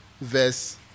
verse